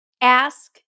Ask